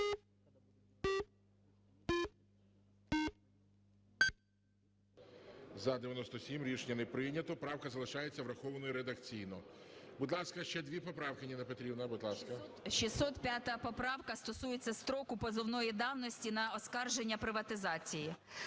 За-97 Рішення не прийнято. Правка залишається врахованою редакційно. Будь ласка, ще дві поправки, Ніна Петрівна, будь ласка. 14:33:42 ЮЖАНІНА Н.П. 605 поправка стосується строку позивної давності на оскарження приватизації.